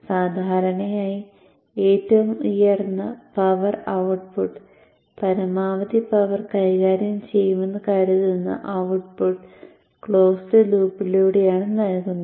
സാധാരണയായി ഏറ്റവും ഉയർന്ന പവർ ഔട്ട്പുട്ട് പരമാവധി പവർ കൈകാര്യം ചെയ്യുമെന്ന് കരുതുന്ന ഔട്ട്പുട്ട് ക്ലോസ്ഡ് ലൂപ്പിലൂടെയാണ് നൽകുന്നത്